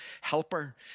helper